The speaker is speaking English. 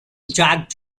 jacques